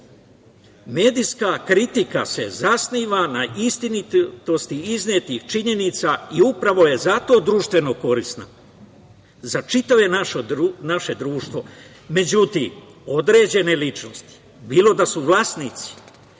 Medijska kritika se zasniva na istinitosti iznetih činjenica i upravo je zato društveno korisna za čitavo naše društvo. Međutim, određene ličnosti, bilo da su vlasnici